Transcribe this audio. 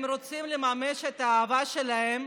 הם רוצים לממש את האהבה שלהם,